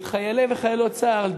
את חיילי וחיילות צה"ל,